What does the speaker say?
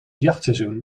jachtseizoen